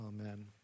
Amen